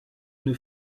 une